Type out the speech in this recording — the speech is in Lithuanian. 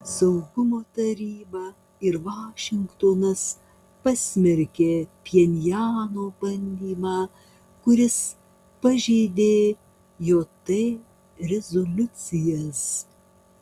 saugumo taryba ir vašingtonas pasmerkė pchenjano bandymą kuris pažeidė jt rezoliucijas